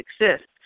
exists